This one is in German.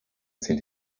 sind